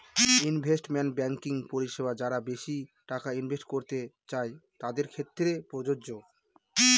investment banking পরিষেবা যারা বেশি টাকা ইনভেস্ট করতে চাই তাদের ক্ষেত্রে প্রযোজ্য